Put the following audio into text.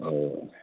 অঁ